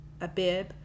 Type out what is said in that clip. Abib